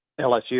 LSU